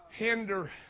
Hinder